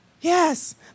Yes